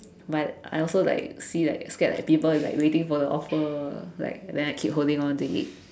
but I also like see like scared like people like waiting for the offer like then I keep holding on to it